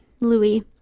Louis